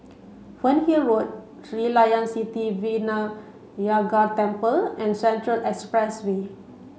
Fernhill Road Sri Layan Sithi Vinayagar Temple and Central Expressway